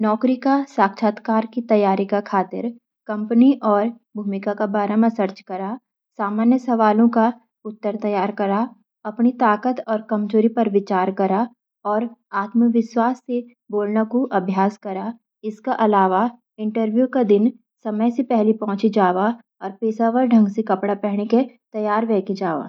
नौकरी के साक्षात्कार की तैयारी क खातिर, कंपनी और भूमिका के बारे म रिसर्च करा, सामान्य सवालों के उत्तर तैयार करा, अपनी ताकत और कमजोरियों पर विचार करा, और आत्मविश्वास से बोलने का अभ्यास करा। इसके अलावा, इंटरव्यू के दिन समय से पहले पहुंचें और पेशेवर ढंग से कपड़े पहनें कि तैयार वेकी जावा।